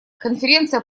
конференция